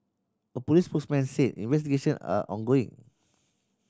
a police spokesman said investigation are ongoing